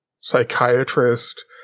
psychiatrist